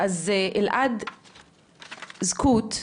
אז אלעד זכות,